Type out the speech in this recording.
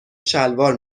شلوار